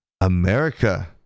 America